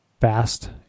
fast